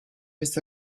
ise